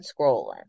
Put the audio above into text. scrolling